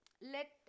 let